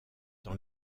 dans